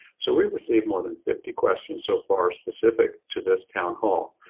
so we received more than fifty questions so far specific to this town hall.